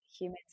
humans